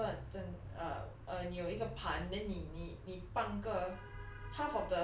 like 如果你整个整 uh err 你有一个盘 then 你你你半个